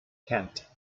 kent